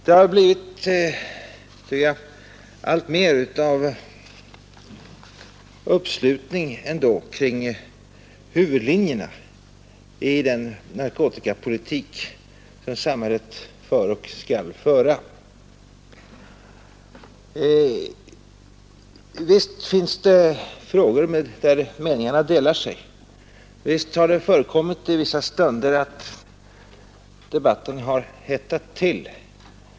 Det har blivit alltmer av uppslutning kring huvudlinjerna i den narkotikapolitik som sam hället för och skall föra. Visst finns det frågor där meningarna delar sig. Visst har det förekommit i vissa stunder att debatten har hettat till.